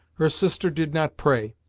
her sister did not pray.